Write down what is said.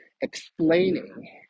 explaining